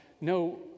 no